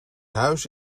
huis